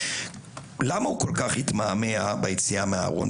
למה הוא כל כך התמהמה ביציאה מהארון?